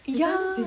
ya